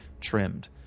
trimmed